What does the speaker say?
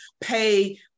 pay